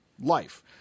life